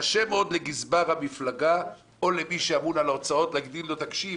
קשה מאוד לגזבר המפלגה או למי שאמון על ההוצאות להגיד לו: תקשיב,